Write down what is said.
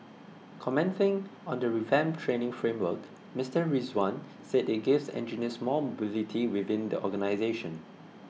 commenting on the revamped training framework Mister Rizwan said it gives engineers more mobility within the organisation